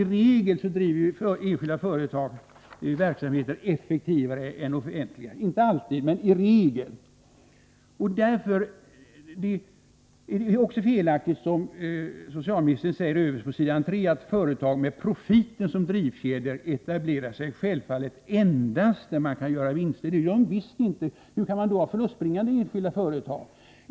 I regel bedriver enskilda företag verksamheter effektivare än offentliga — inte alltid, men i regel! Därför är också det felaktigt som socialministern säger överst på s. 3: ”Företag med profiten som drivfjäder etablerar sig självfallet endast där man kan göra vinster”. Det gör de visst inte! Hur kan man då ha förlustbringande enskilda företag?